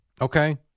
Okay